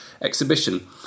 exhibition